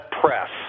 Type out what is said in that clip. press